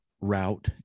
route